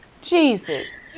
Jesus